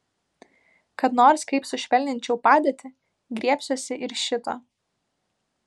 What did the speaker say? kad nors kaip sušvelninčiau padėtį griebsiuosi ir šito